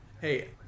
Hey